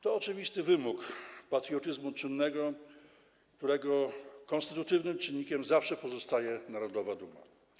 To oczywisty wymóg patriotyzmu czynnego, którego konstytutywnym czynnikiem zawsze pozostaje narodowa duma.